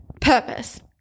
purpose